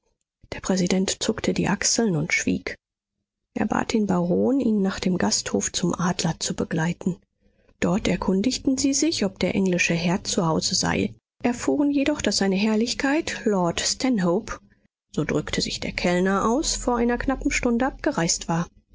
der präsident zuckte die achseln und schwieg er bat den baron ihn nach dem gasthof zum adler zu begleiten dort erkundigten sie sich ob der englische herr zu hause sei erfuhren jedoch daß seine herrlichkeit lord stanhope so drückte sich der kellner aus vor einer knappen stunde abgereist war